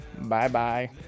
Bye-bye